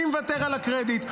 אני מוותר על הקרדיט.